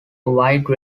wide